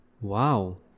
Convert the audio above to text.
Wow